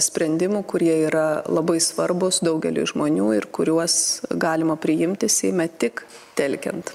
sprendimų kurie yra labai svarbūs daugeliui žmonių ir kuriuos galima priimti seime tik telkiant